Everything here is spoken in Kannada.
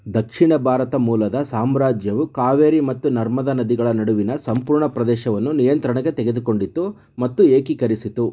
ದಕ್ಷಿಣ ಭಾರತ ಮೂಲದ ಸಾಮ್ರಾಜ್ಯವು ಕಾವೇರಿ ಮತ್ತು ನರ್ಮದಾ ನದಿಗಳ ನಡುವಿನ ಸಂಪೂರ್ಣ ಪ್ರದೇಶವನ್ನು ನಿಯಂತ್ರಣಕ್ಕೆ ತೆಗೆದುಕೊಂಡಿತು ಮತ್ತು ಏಕೀಕರಿಸಿತು